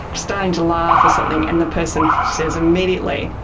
starting to laugh or something, and the person says immediately,